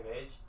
age